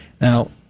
Now